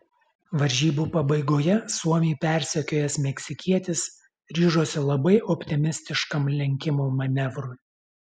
varžybų pabaigoje suomį persekiojęs meksikietis ryžosi labai optimistiškam lenkimo manevrui